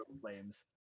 flames